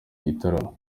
gitaramo